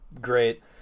great